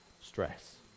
Stress